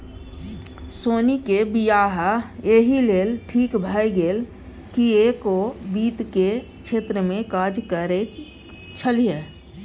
सोनीक वियाह एहि लेल ठीक भए गेल किएक ओ वित्त केर क्षेत्रमे काज करैत छलीह